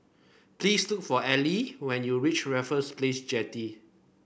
please took for Eli when you reach Raffles Place Jetty